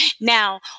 now